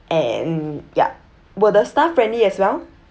and ya were the staff friendly as well